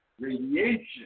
radiation